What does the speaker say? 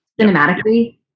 Cinematically